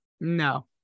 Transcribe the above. No